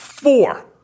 Four